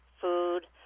food